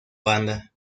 banda